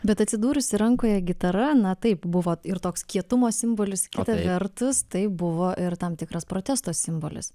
bet atsidūrusi rankoje gitara na taip buvo ir toks kietumo simbolis kita vertus tai buvo ir tam tikras protesto simbolis